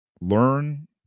Learn